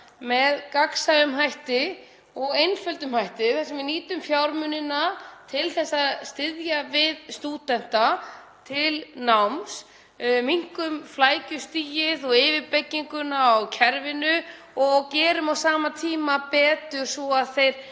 með gagnsæjum og einföldum hætti þar sem við nýtum fjármunina til að styðja við stúdenta til náms, minnkum flækjustigið og yfirbygginguna á kerfinu og gerum á sama tíma betur svo að